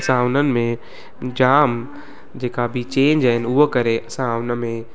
असां उन्हनि में जाम जेका बि चेंज आहिनि उहो करे असां उन में